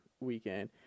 weekend –